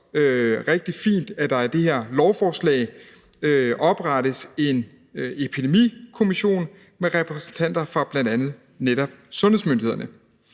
rigtig fint, at der i det her lovforslag oprettes Epidemikommissionen med repræsentanter for bl.a. netop sundhedsmyndighederne.